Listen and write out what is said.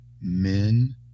men